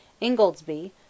Ingoldsby